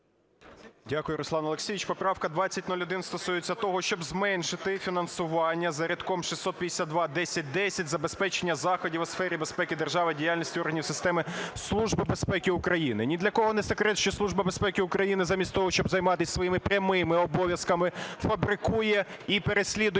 Дякую, Руслане Олексійовичу. Поправка 2001 стосується того, щоб зменшити фінансування за рядком 6521010 "Забезпечення заходів у сфері безпеки держави та діяльності органів системи Служби безпеки України". Ні для кого не секрет, що Служба безпеки України замість того, щоб займатися своїми прямими обов'язками, фабрикує і переслідує